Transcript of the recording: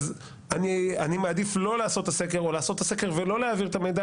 אז אני מעדיף לא לעשות את הסקר או לעשות את הסקר ולא להעביר את המידע,